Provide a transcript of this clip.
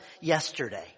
yesterday